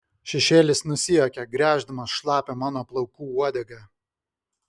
šešėlis nusijuokė gręždamas šlapią mano plaukų uodegą